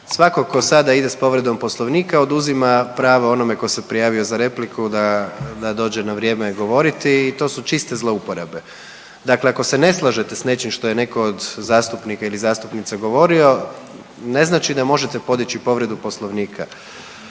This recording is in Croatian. Svatko tko sada ide sa povredom Poslovnika oduzima pravo onome tko se prijavio za repliku da dođe na vrijeme govoriti i to su čiste zlouporabe. Dakle, ako se ne slažete sa nečim što je netko od zastupnika ili zastupnica govorio ne znači da možete podići povredu Poslovnika.